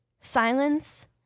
silence